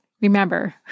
remember